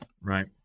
Right